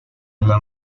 una